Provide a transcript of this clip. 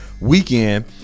Weekend